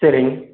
சரிங்க